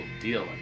deal